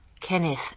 Kenneth